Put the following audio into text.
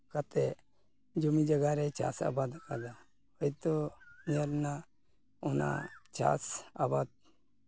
ᱠᱟᱛᱮ ᱡᱚᱢᱤ ᱡᱟᱭᱜᱟ ᱨᱮ ᱪᱟᱥ ᱟᱵᱟᱫ ᱠᱟᱫᱟ ᱦᱚᱭᱛᱳ ᱧᱮᱞᱱᱟ ᱚᱱᱟ ᱪᱟᱥ ᱟᱵᱟᱫ